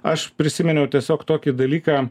aš prisiminiau tiesiog tokį dalyką